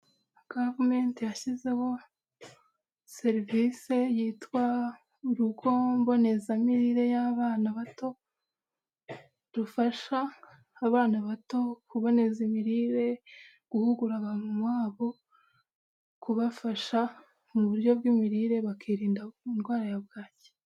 Gavamenti yashyizeho serivisi yitwa urugo mbonezamirire y'abana bato rufasha abana bato kuboneza imirire, guhugura ba mama wabo, kubafasha mu buryo bw'imirire bakirinda indwara ya bwaki.